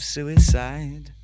Suicide